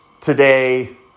today